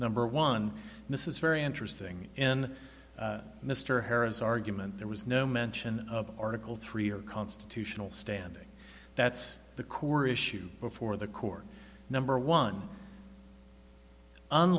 number one this is very interesting in mr harris argument there was no mention of article three or constitutional standing that's the core issue before the court number one